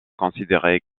considéré